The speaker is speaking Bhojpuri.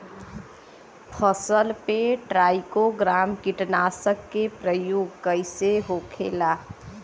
फसल पे ट्राइको ग्राम कीटनाशक के प्रयोग कइसे होखेला?